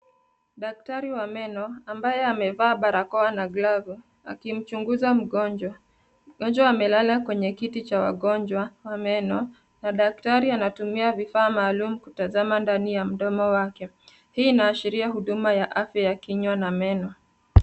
Daktari wa meno ambaye amevaa barakoa na glavu akimchunguza mgonjwa, mgonjwa amelala kwenye kiti cha wagonjwa wa meno na daktari anatumia vifaa maalum kutazama ndani ya mdomo wake. Hii ina ashiria huduma ya afya ya kinyua na meno.